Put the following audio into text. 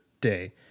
day